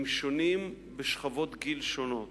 הם שונים בשכבות גיל שונות.